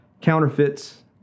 counterfeits